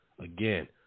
Again